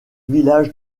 village